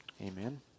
Amen